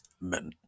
Men